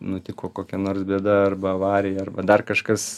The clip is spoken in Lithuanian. nutiko kokia nors bėda arba avarija arba dar kažkas